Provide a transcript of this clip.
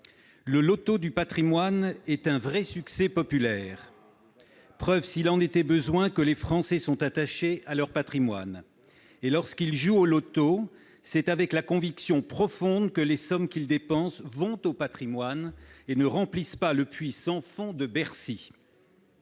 Le loto du patrimoine est un succès populaire. Preuve, s'il en était besoin, que les Français sont attachés à leur patrimoine. Et lorsqu'ils jouent au loto, c'est avec la conviction profonde que les sommes qu'ils dépensent vont au patrimoine et ne remplissent pas le puits sans fond de Bercy.